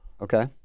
Okay